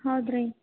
ಹೌದು ರೀ